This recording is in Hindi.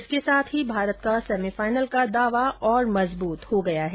इसके साथ ही भारत का सेमीफाइनल का दावा और मजबूत हो गया है